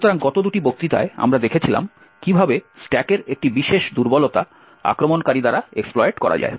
সুতরাং গত দুটি বক্তৃতায় আমরা দেখেছিলাম কিভাবে স্ট্যাকের একটি বিশেষ দুর্বলতা আক্রমণকারী দ্বারা এক্সপ্লয়েট করা যায়